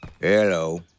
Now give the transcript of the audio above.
Hello